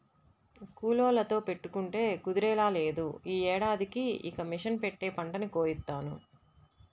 కూలోళ్ళతో పెట్టుకుంటే కుదిరేలా లేదు, యీ ఏడాదికి ఇక మిషన్ పెట్టే పంటని కోయిత్తాను